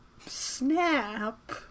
snap